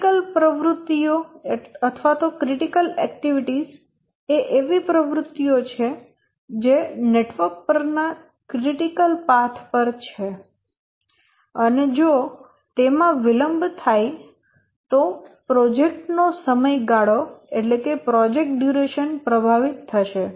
critical પ્રવૃત્તિઓ એ એવી પ્રવૃત્તિઓ છે જે નેટવર્ક પરના ક્રિટિકલ પાથ પર છે અને જો તેમાં વિલંબ થાય તો પ્રોજેક્ટ નો સમયગાળો પ્રભાવિત થશે